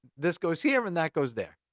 this goes here, and that goes there.